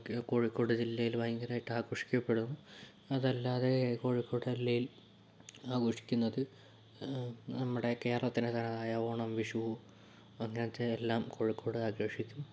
ഒക്കെ കോഴിക്കോട് ജില്ലയിൽ ഭയങ്കരമായിട്ട് ആഘോഷിക്കപ്പെടും അതല്ലാതെ കോഴിക്കോട് അല്ലെങ്കിൽ ആഘോഷിക്കുന്നത് നമ്മുടെ കേരളത്തിന്റെ തനതായ ഓണം വിഷു അങ്ങനത്തെ എല്ലാം കോഴിക്കോട് ആഘോഷിക്കും